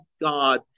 God